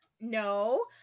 No